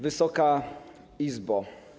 Wysoka Izbo!